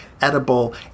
edible